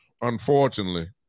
unfortunately